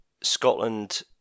Scotland